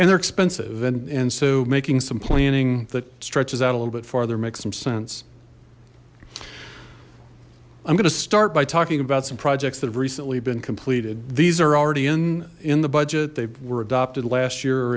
and they're expensive and and so making some planning that stretches out a little bit farther make some sense i'm going to start by talking about some projects that have recently been completed these are already in in the budget they were adopted last year